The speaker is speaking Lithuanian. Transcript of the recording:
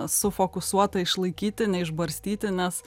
sufokusuotą išlaikyti neišbarstyti nes